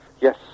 yes